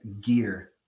gear